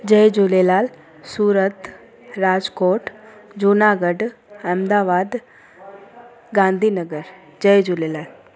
जय Jhulelal Surat Rajkot Junagadh Ahmedabad Gandhinagar जय झूलेलाल